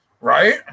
Right